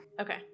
Okay